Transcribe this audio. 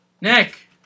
Nick